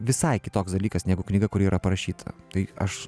visai kitoks dalykas negu knyga kuri yra parašyta tai aš